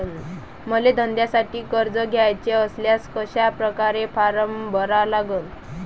मले धंद्यासाठी कर्ज घ्याचे असल्यास कशा परकारे फारम भरा लागन?